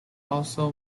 also